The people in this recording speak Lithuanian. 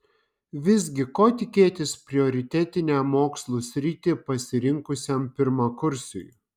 visgi ko tikėtis prioritetinę mokslų sritį pasirinkusiam pirmakursiui